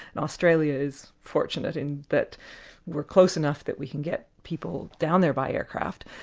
and australia is fortunate in that we're close enough that we can get people down there by aircraft.